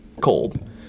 cold